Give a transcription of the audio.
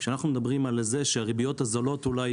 כשאנחנו מדברים על זה שהריביות הזולות אולי